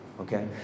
Okay